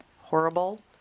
horrible